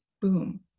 Boom